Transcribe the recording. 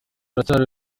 ruracyari